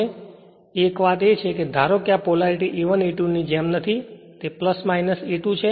તેથી એક વાત છે કે ધારો કે આ પોલેરિટી a1 a2 ની જેમ નથી તે a 2 છે